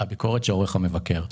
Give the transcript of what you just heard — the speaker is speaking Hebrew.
הביקורת שעורך מבקר המדינה.